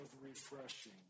refreshing